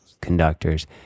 conductors